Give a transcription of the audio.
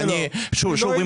שוב,